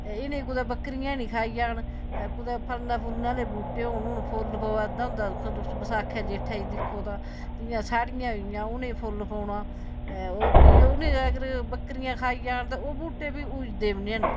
ते इ'नेंई कुतै बक्करियां नी खाई जान ते कुतै फलने फुलने आह्ले बूह्टे होन हून फुल्ल पोआ दा होंदा दिक्खा तुस बसाखै जेठै च दिक्खो तां इयां साड़ियां होई गेइयां हूनेईं फुल्ल पौना ते ओह् फ्ही उ'नें अगर बक्करियां खाई जान ते ओह् बूह्टे फ्ही उज्जदे बी नी हैन